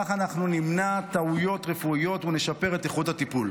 כך אנחנו נמנע טעויות רפואיות ונשפר את איכות הטיפול.